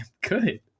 good